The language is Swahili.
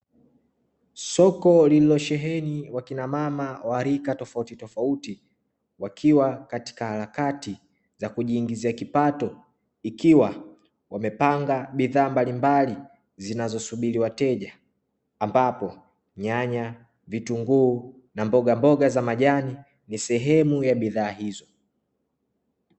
Soko lililosheheni wakina mama wa rika tofautitofauti, wakiwa katika harakati za kujiingizia kipato, ikiwa wamepanga bidhaa mbalimbali zinazosubiri wateja; ambapo nyanya, vitunguu na mbogamboga za majani, ni sehemu ya bidhaa hizo.